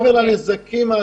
כל זה מעבר לנזקים העצומים